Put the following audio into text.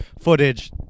footage